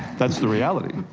that's the reality.